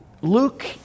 Luke